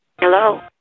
Hello